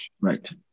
right